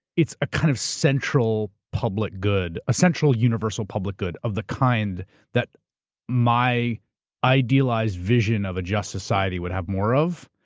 it's a kind of central public good, a central universal public good of the kind that my idealized vision of a just society would have more of.